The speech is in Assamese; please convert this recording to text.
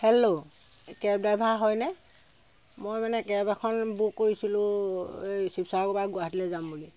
হেল্ল' এই কেব ড্ৰাইভাৰ হয়নে মই মানে কেব এখন বুক কৰিছিলোঁ এই শিৱসাগৰৰ পৰা গুৱাহাটীলৈ যাম বুলি